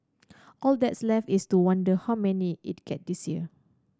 all that's left is to wonder how many it get this year